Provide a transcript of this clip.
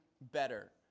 better